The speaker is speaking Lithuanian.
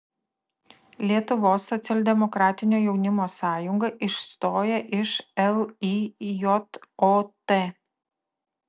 lietuvos socialdemokratinio jaunimo sąjunga išstoja iš lijot